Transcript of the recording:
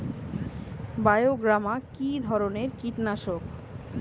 বায়োগ্রামা কিধরনের কীটনাশক?